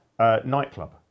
Nightclub